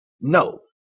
no